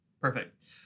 perfect